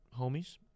Homies